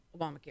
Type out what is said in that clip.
Obamacare